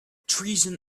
treason